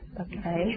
okay